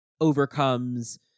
overcomes